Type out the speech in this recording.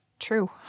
True